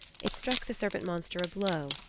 it struck the serpent monster a blow,